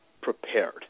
prepared